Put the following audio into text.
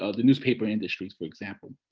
ah the newspaper industry, for example.